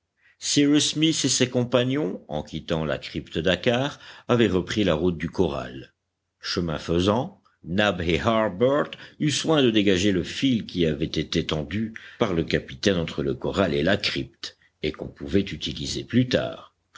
smith et ses compagnons en quittant la crypte dakkar avaient repris la route du corral chemin faisant nab et harbert eurent soin de dégager le fil qui avait été tendu par le capitaine entre le corral et la crypte et qu'on pourrait utiliser plus tard